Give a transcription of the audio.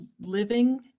living